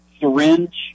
syringe